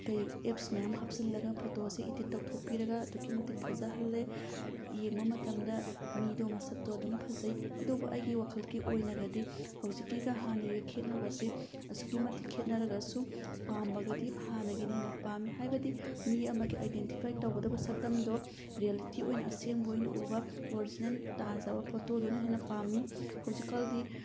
ꯀꯩ ꯑꯦꯞꯁ ꯃꯌꯥꯝ ꯍꯥꯞꯆꯤꯜꯂꯒ ꯐꯣꯇꯣꯁꯦ ꯏꯗꯤꯠ ꯇꯧꯊꯣꯛꯄꯤꯔꯒ ꯑꯗꯨꯛꯀꯤ ꯃꯇꯤꯛ ꯐꯖꯍꯜꯂꯦ ꯌꯦꯡꯕ ꯃꯇꯝꯗ ꯃꯤꯗꯣ ꯃꯁꯛꯇꯣ ꯑꯗꯨꯝ ꯐꯖꯩ ꯑꯗꯨꯕꯨ ꯑꯩꯒꯤ ꯋꯥꯈꯜꯒꯤ ꯑꯣꯏꯅꯒꯗꯤ ꯍꯧꯖꯤꯛꯀꯤꯒ ꯍꯥꯟꯅꯒꯤꯒ ꯈꯦꯠꯅꯕꯁꯦ ꯑꯁꯨꯛꯀꯤ ꯃꯇꯤꯛ ꯈꯦꯠꯅꯔꯒꯁꯨ ꯄꯥꯝꯕꯒꯗꯤ ꯍꯥꯟꯅꯒꯤꯅ ꯍꯦꯟꯅ ꯄꯥꯝꯃꯤ ꯍꯥꯏꯕꯗꯤ ꯃꯤ ꯑꯃꯒꯤ ꯑꯥꯏꯗꯦꯟꯇꯤꯐꯥꯏ ꯇꯧꯒꯗꯕ ꯁꯛꯇꯝꯗꯣ ꯔꯤꯌꯦꯂꯤꯇꯤ ꯑꯣꯏꯅ ꯑꯁꯦꯡꯕ ꯑꯣꯏꯅ ꯎꯕ ꯑꯣꯔꯖꯤꯅꯦꯜ ꯇꯥꯖꯕ ꯐꯣꯇꯣꯗꯨꯅ ꯍꯦꯟꯅ ꯄꯥꯝꯃꯤ ꯍꯧꯖꯤꯛꯀꯥꯟꯗꯤ